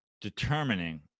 determining